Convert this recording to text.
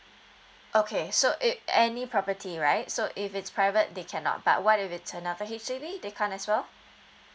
okay so it any property right so if it's private they cannot but what if it's another H_D_B they can't as well